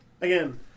Again